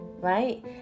Right